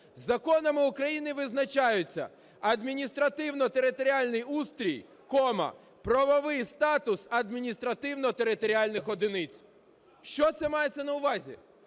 "Законами України визначаються адміністративно-територіальний устрій, правовий статус адміністративно-територіальних одиниць". Що це мається на увазі?